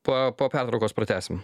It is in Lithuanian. po po pertraukos pratęsime